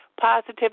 positive